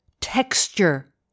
texture